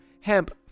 hemp